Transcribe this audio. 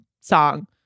song